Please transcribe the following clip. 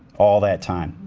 all that time.